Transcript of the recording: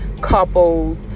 couples